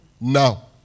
now